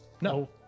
no